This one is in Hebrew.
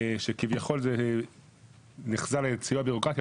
כביכול זה נחזה להיות סיוע ביורוקרטי,